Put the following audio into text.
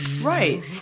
Right